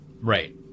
Right